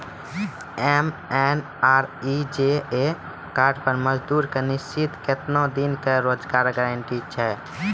MNREGA card पर मजदुर के निश्चित कत्तेक दिन के रोजगार गारंटी छै?